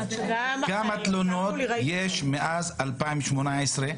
כמה תלונות יש מאז 2018,